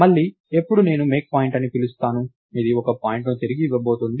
మళ్లీ ఎప్పుడు నేను మేక్ పాయింట్ అని పిలుస్తాను ఇది ఒక పాయింట్ని తిరిగి ఇవ్వబోతోంది